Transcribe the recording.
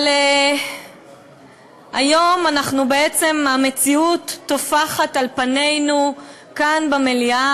אבל היום המציאות טופחת על פנינו כאן במליאה,